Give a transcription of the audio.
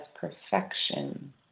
perfection